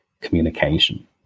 communication